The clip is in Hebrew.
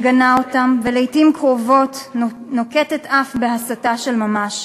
מגנה אותם, ולעתיים קרובות נוקטת אף הסתה של ממש.